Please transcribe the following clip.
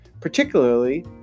particularly